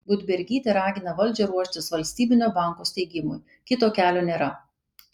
budbergytė ragina valdžią ruoštis valstybinio banko steigimui kito kelio nėra